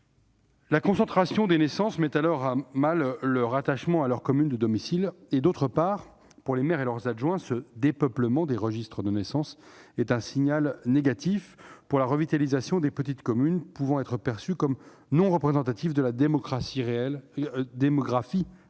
La concentration des naissances met à mal l'attachement de nos concitoyens à leur commune de domicile. En outre, pour les maires et leurs adjoints, ce dépeuplement des registres de naissance est un signal négatif pour la revitalisation des petites communes et peut être perçu comme non représentatif de la démographie réelle